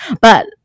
But-